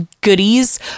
goodies